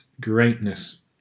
greatness